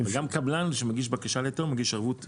גם קבלן שמגיש בקשה להיתר, מגיש ערבות.